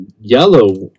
yellow